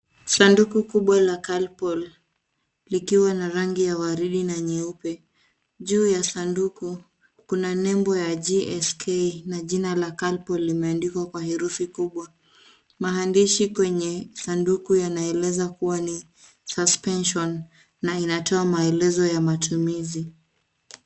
Sanduku kubwa la Calpol likiwa na rangi ya waridi na nyeupe, juu ya sanduku kuna nembo ya GSK na jina la jina la Calpol limeandikwa kwa herufi kubwa. Maandishi kwenye sanduku yanaeleza kua ni Suspension na inatoa maelezo ya matumizi.